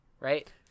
right